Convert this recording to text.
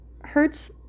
hurts